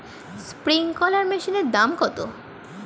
Sprinkler মেশিনের দাম কত?